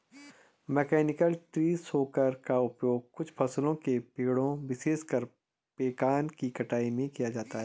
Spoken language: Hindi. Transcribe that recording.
मैकेनिकल ट्री शेकर का उपयोग कुछ फलों के पेड़ों, विशेषकर पेकान की कटाई में किया जाता है